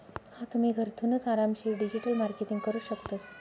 हा तुम्ही, घरथूनच आरामशीर डिजिटल मार्केटिंग करू शकतस